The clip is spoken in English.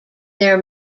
their